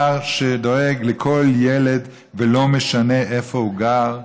שהוא דואג לכל ילד ולא משנה איפה הוא גר,